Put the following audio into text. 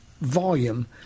volume